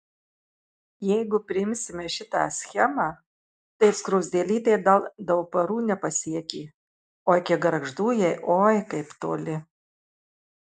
jeigu priimsime šitą schemą tai skruzdėlytė dar dauparų nepasiekė o iki gargždų jai oi kaip toli